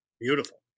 Beautiful